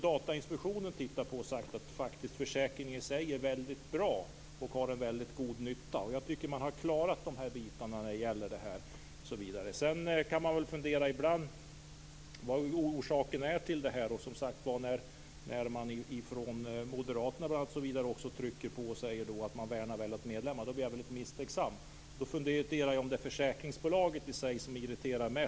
Datainspektionen har tittat på frågan och sagt att försäkringen i sig är väldigt bra och att den är till väldigt stor nytta. Jag tycker att man har klarat av dessa bitar. Vi kan fundera över orsaken till att frågan tas upp. När moderaterna trycker på och säger att man värnar medlemmarna blir jag misstänksam. Jag funderar på om det är försäkringsbolaget i sig som irriterar mest.